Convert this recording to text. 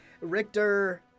Richter